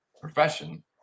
profession